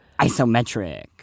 Isometric